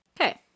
Okay